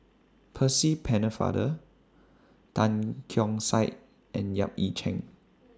Percy Pennefather Tan Keong Saik and Yap Ee Chian